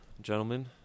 gentlemen